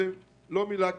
זו לא מילה גסה.